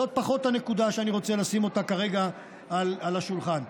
זאת פחות הנקודה שאני רוצה לשים אותה כרגע על השולחן,